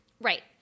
Right